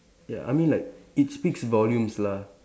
ya I mean like it speaks volumes lah